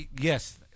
yes